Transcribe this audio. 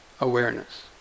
Awareness